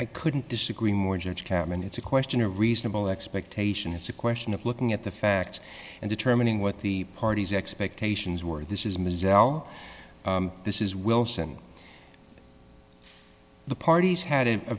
i couldn't disagree more judge cashman it's a question a reasonable expectation it's a question of looking at the facts and determining what the parties expectations were this is miserable this is wilson the parties had a